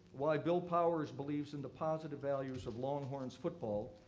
why bill powers believes in the positive values of longhorns football,